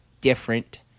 different